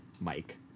Mike